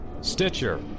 Stitcher